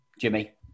Jimmy